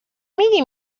میگی